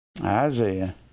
Isaiah